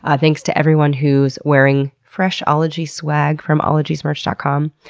ah thanks to everyone who's wearing fresh ologies swag from ologiesmerch dot com.